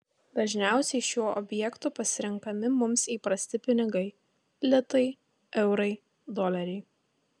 dažniausiai šiuo objektu pasirenkami mums įprasti pinigai litai eurai doleriai